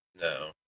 No